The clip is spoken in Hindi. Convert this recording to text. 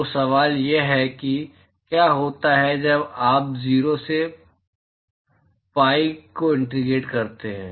तो सवाल यह है कि क्या होता है जब आप 0 से पीआई को इंटीग्रेट करते हैं